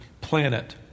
planet